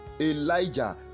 Elijah